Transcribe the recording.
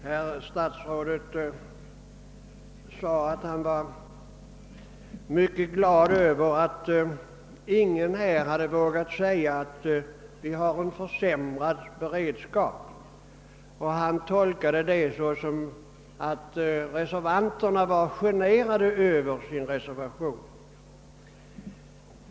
Herr talman! Jordbruksministern var mycket glad över att ingen här vågat säga att vi har en försämrad beredskap. Han tolkade detta som om reservanterna var generade över sin reservation.